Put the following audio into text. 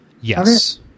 yes